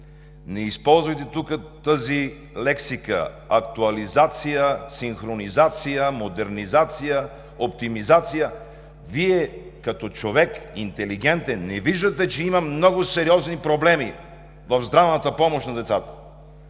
не използвайте тук тази лексика – актуализация, синхронизация, модернизация, оптимизация. Вие като човек интелигентен не виждате ли, че има много сериозни проблеми в здравната помощ на децата?